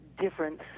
difference